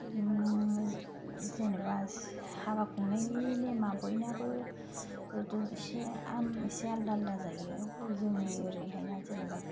जेनेबा हाबा खुंनायनि नेमा बयनियाबो जिथु एसे एसे आलादा आलादा जायो जोंनि ओरैहायना जेनेबा